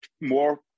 more